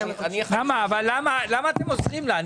למה אתם עוזרים לה?